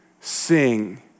sing